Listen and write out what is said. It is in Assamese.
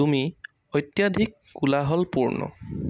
তুমি অত্যাধিক কোলাহলপূৰ্ণ